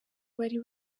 bari